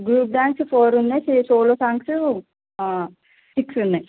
group dance four ఉన్నాయి solo songs six ఉన్నాయి